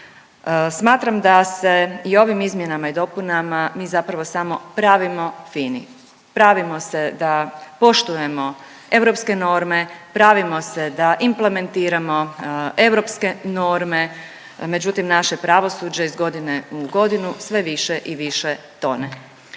Smatram da se i ovim izmjenama i dopunama mi zapravo samo pravimo fini. Pravimo se da poštujemo europske norme, pravimo se da implementiramo europske norme, međutim, naše pravosuđe iz godine u godinu sve više i više tone.